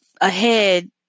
ahead